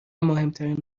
مهمترین